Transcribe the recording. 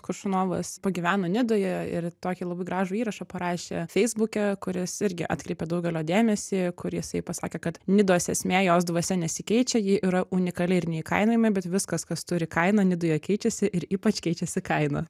koršunovas pagyveno nidoje ir tokį labai gražų įrašą parašė feisbuke kuris irgi atkreipė daugelio dėmesį kur jisai pasakė kad nidos esmė jos dvasia nesikeičia ji yra unikali ir neįkainojama bet viskas kas turi kainą nidoje keičiasi ir ypač keičiasi kaina